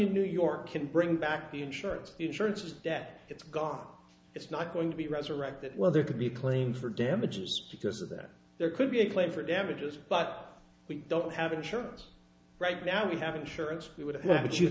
in new york can bring back the insurance the insurance just that it's gone it's not going to be resurrect that well there could be claims for damages because of that there could be a claim for damages but we don't have insurance right now we have insurance we would have